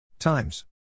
times